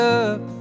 up